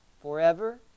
forever